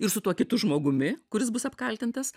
ir su tuo kitu žmogumi kuris bus apkaltintas